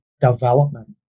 development